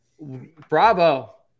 bravo